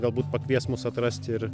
galbūt pakvies mus atrasti ir